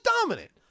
dominant